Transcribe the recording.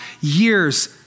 years